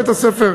בית-הספר,